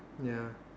ya